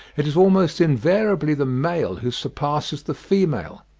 it is almost invariably the male who surpasses the female.